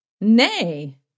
Nay